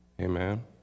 Amen